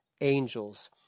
Angels